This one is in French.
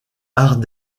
art